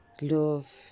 love